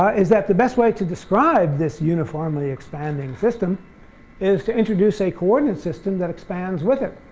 is that the best way to describe this uniformly-expanding system is to introduce a coordinate system that expands with it,